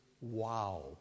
wow